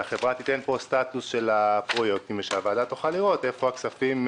שהחברה תיתן פה סטטוס של הפרויקטים ושהוועדה תוכל לראות מה קורה.